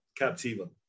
Captiva